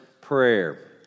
Prayer